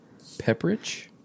Pepperidge